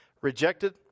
rejected